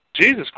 Jesus